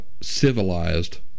civilized